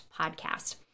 podcast